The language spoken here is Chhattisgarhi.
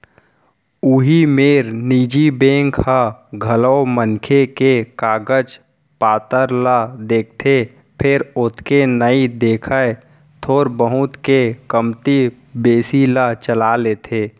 उही मेर निजी बेंक ह घलौ मनखे के कागज पातर ल देखथे फेर ओतेक नइ देखय थोर बहुत के कमती बेसी ल चला लेथे